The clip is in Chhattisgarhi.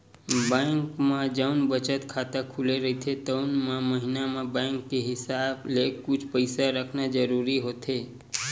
बेंक म जउन बचत खाता खुले रहिथे तउन म महिना म बेंक के हिसाब ले कुछ पइसा रखना जरूरी होथे